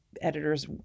editors